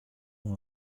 oan